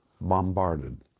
bombarded